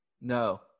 No